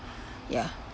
ya